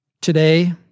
Today